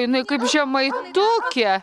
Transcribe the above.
jinai kaip žemaitukė